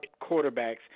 quarterbacks